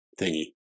thingy